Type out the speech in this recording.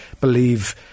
believe